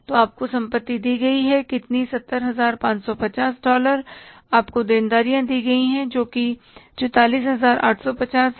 तो आपको संपत्ति दी गई है कितनी 70550 डॉलर आपको देनदारियां दी गई हैं जो कि 44850 हैं